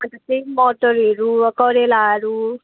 अन्त चाहिँ मटरहरू करेलाहरू